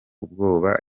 ubwoba